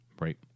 Right